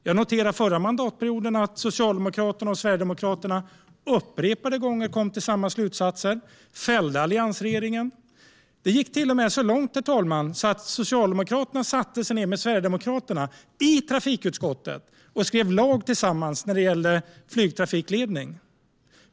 Jag noterade förra mandatperioden att Socialdemokraterna och Sverigedemokraterna upprepade gånger kom till samma slutsatser och fällde alliansregeringen. Det gick till och med så långt, herr talman, att Socialdemokraterna satte sig ned med Sverigedemokraterna i trafikutskottet och skrev lag tillsammans när det gällde flygtrafikledning.